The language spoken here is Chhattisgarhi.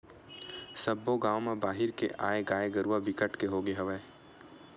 सब्बो गाँव म बाहिर के आए गाय गरूवा बिकट के होगे हवय